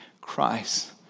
Christ